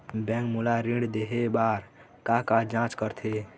Bank मोला ऋण देहे बार का का जांच करथे?